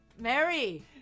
Mary